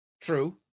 True